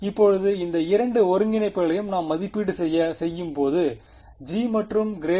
இப்போது இந்த இரண்டு ஒருங்கிணைப்புகளையும் நாம் இங்கு மதிப்பீடு செய்யும் போது g மற்றும் ∇g